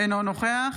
אינו נוכח